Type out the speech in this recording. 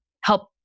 help